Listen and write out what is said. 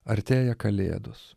artėja kalėdos